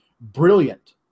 brilliant